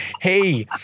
hey